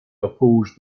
opposed